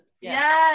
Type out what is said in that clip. Yes